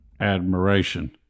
admiration